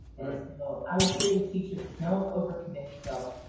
i would say to teachers, don't overcommit yourself.